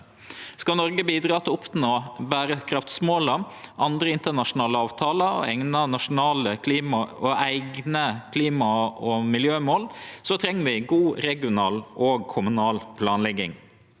Skal Noreg bidra til å oppnå berekraftsmåla, andre internasjonale avtalar og eigne klima- og miljømål, treng vi god regional og kommunal planlegging.